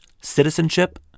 Citizenship